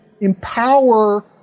empower